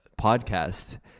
podcast